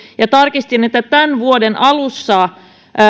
ja tarkistin että tämän vuoden alussa